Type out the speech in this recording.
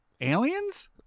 Aliens